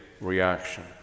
reaction